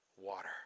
water